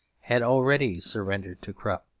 had already surrendered to krupp.